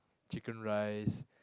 chicken rice